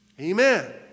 Amen